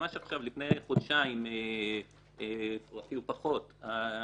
ממש עכשיו לפני חודשיים ואפילו פחות - הוועדה